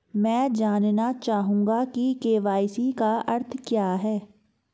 मैं जानना चाहूंगा कि के.वाई.सी का अर्थ क्या है?